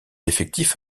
effectif